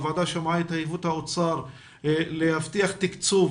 הוועדה שמעה את התחייבות האוצר להבטיח תקצוב